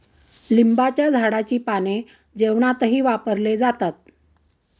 लिंबाच्या झाडाची पाने जेवणातही वापरले जातात